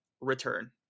return